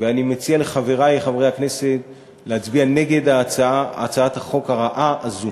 ואני מציע לחברי חברי הכנסת להצביע נגד הצעת החוק הרעה הזאת.